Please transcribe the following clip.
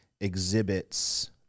exhibits